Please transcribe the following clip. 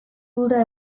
burura